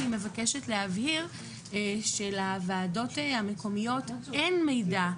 אני מבקשת להבהיר שלוועדות המקומיות אין מידע,